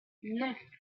non